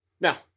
Now